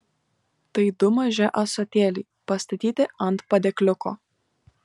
tai du maži ąsotėliai pastatyti ant padėkliuko